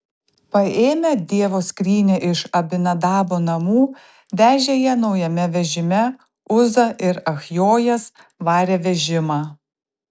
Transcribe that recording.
paėmę dievo skrynią iš abinadabo namų vežė ją naujame vežime uza ir achjojas varė vežimą